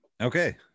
Okay